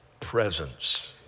presence